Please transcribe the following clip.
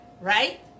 right